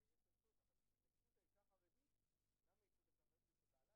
החוק הזה מדבר על בן זוג ובן הזוג יכול להיות האימא,